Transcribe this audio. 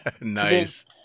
nice